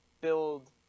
build